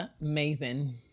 Amazing